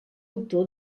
autor